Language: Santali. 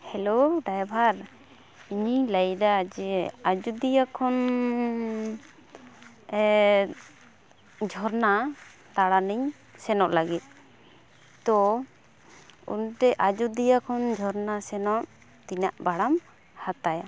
ᱦᱮᱞᱳ ᱰᱟᱭᱵᱷᱟᱨ ᱤᱧᱤᱧ ᱞᱟᱹᱭᱫᱟ ᱡᱮ ᱟᱡᱚᱫᱤᱭᱟ ᱠᱷᱚᱱᱻ ᱮᱫᱻᱡᱷᱚᱨᱱᱟ ᱫᱟᱬᱟᱱᱤᱧ ᱥᱮᱱᱚᱜ ᱞᱟᱹᱜᱤᱫ ᱛᱚ ᱚᱸᱰᱮ ᱟᱡᱚᱫᱤᱭᱟᱹ ᱠᱷᱚᱱ ᱡᱷᱚᱨᱱᱟ ᱥᱮᱱᱚᱜ ᱛᱤᱱᱟᱹᱜ ᱵᱷᱟᱲᱟᱢ ᱦᱟᱛᱟᱣᱟ